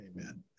Amen